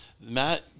Matt